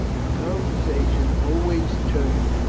the conversation always turned,